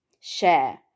share